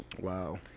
Wow